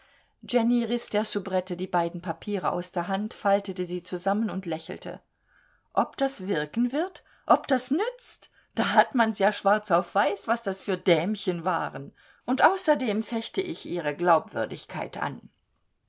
jenny riß der soubrette die beiden papiere aus der hand faltete sie zusammen und lächelte ob das wirken wird ob das nützt da hat man's ja schwarz auf weiß was das für dämchen waren und außerdem fechte ich ihre glaubwürdigkeit an